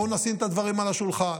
בואו נשים את הדברים על השולחן.